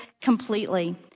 completely